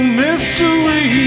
mystery